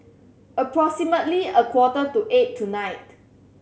approximately a quarter to eight tonight